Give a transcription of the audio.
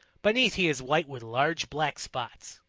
beneath he is white with large black spots.